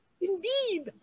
Indeed